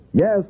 Yes